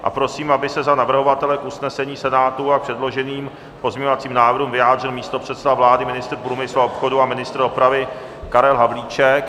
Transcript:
A prosím, aby se za navrhovatele k usnesení Senátu a předloženým pozměňovacím návrhům vyjádřil místopředseda vlády, ministr průmyslu a obchodu a ministr dopravy Karel Havlíček.